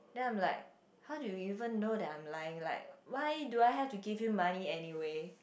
then I am like how do you even know that I am lying like why do I had to give you money anyway